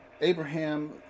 Abraham